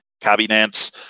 cabinets